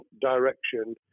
direction